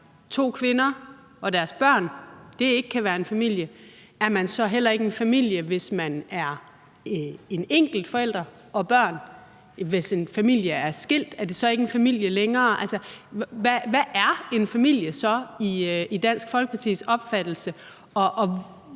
to kvinder og deres børn ikke kan være en familie, er man så heller ikke en familie, hvis man er en enkelt forælder og børn, og hvis en familie er skilt, er det så ikke en familie længere? Hvad er en familie så i Dansk Folkepartis opfattelse,